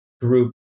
group